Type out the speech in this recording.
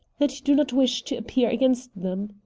that you do not wish to appear against them?